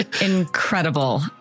incredible